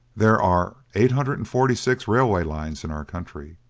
there are eight hundred and forty six railway lines in our country,